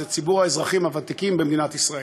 זה ציבור האזרחים הוותיקים במדינת ישראל.